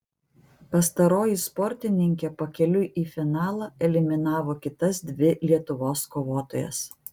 pastaroji sportininkė pakeliui į finalą eliminavo kitas dvi lietuvos kovotojas